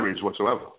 Whatsoever